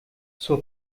zur